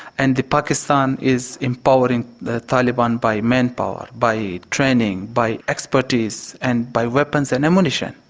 and the pakistan is empowering the taliban by manpower, by training, by expertise and by weapons and ammunition.